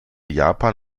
japan